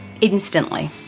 Instantly